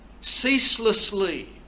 ceaselessly